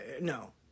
No